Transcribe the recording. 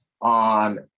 on